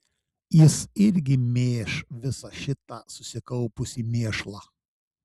jis irgi mėš visą šitą susikaupusį mėšlą